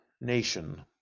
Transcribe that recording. nation